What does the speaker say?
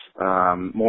more